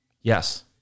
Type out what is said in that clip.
Yes